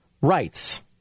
rights